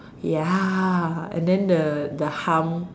ya and then the the hum